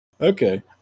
Okay